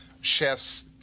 chefs